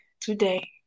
today